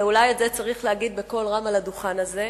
ואולי את זה צריך להגיד בקול רם על הדוכן הזה,